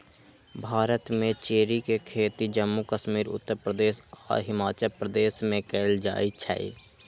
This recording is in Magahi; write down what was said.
भारत में चेरी के खेती जम्मू कश्मीर उत्तर प्रदेश आ हिमाचल प्रदेश में कएल जाई छई